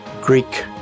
Greek